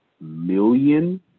million